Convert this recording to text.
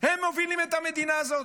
הם מובילים את המדינה הזאת?